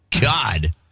God